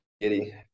Giddy